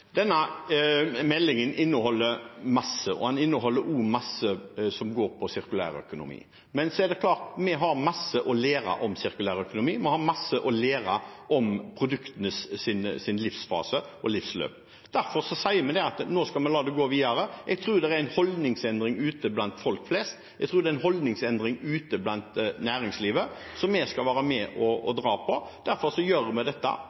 Denne meldingen inneholder masse, og den inneholder også masse som går på sirkulær økonomi. Men det er klart at vi har masse å lære om sirkulær økonomi. Vi har masse å lære om produktenes livsfase og livsløp. Derfor sier vi at nå skal vi la det gå videre. Jeg tror det er en holdningsendring ute blant folk flest og ute i næringslivet, og vi skal være med og dra. Derfor gjør vi dette